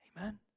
amen